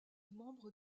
membre